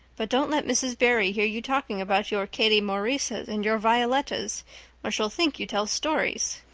but don't let mrs. barry hear you talking about your katie maurices and your violettas or she'll think you tell stories.